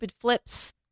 flips